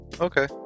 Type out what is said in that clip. okay